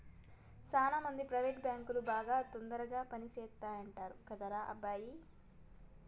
సాన మంది ప్రైవేట్ బాంకులు బాగా తొందరగా పని చేస్తాయంటరు కదరా అబ్బాయి